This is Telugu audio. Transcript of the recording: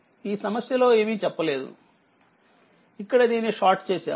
ఈ సమస్య లో ఏమీ చెప్పలేదు ఇక్కడ దీన్ని షార్ట్ చేసాము